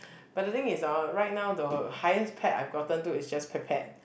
but the thing is orh right now the highest pet I've gotten to is just Petpet